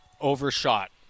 overshot